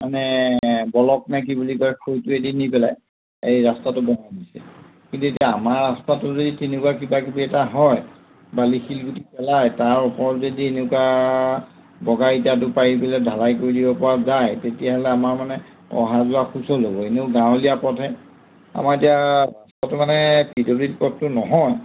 মানে বলক নে কি বুলি কয় নি পেলাই এই ৰাস্তাটো বনাইছে কিন্তু এতিয়া আমাৰ ৰাস্তাটো যদি তেনেকুৱা কিবা কিবি এটা হয় বালি শিলগুটি পেলাই তাৰ ওপৰত যদি এনেকুৱা বগাই ইটাটো পাৰি পেলাই ঢালাই কৰি দিব পৰা যায় তেতিয়াহ'লে আমাৰ মানে অহা যোৱা সুচল হ'ব এনেও গাঁৱলীয়া পথহে আমাৰ এতিয়া ৰাস্তাটো মানে পিটলিত পথটো নহয়